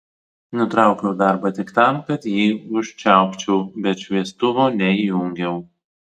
nutraukiau darbą tik tam kad jį užčiaupčiau bet šviestuvo neįjungiau